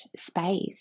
space